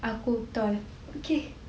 aku tall okay